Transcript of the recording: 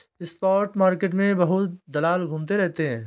spot market में बहुत दलाल घूमते रहते हैं